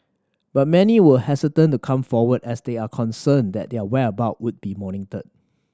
but many were hesitant to come forward as they are concerned that their whereabout would be monitored